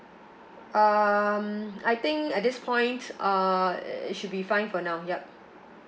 um I think at this point uh it should be fine for now yup